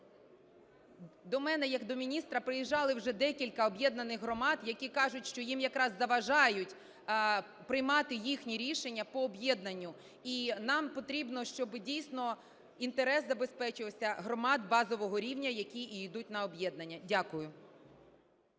До мене як до міністра приїжджали вже декілька об'єднаних громад, які кажуть, що їм якраз заважають приймати їхні рішення по об'єднанню. І нам потрібно, щоб, дійсно, інтерес забезпечувався громад базового рівня, які і йдуть на об'єднання. Дякую.